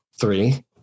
Three